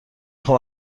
خوام